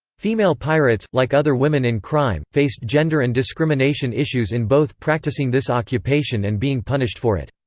female pirates, like other women in crime, faced gender and discrimination issues in both practicing this occupation and being punished for it.